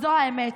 זו האמת.